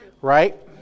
Right